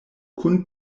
kun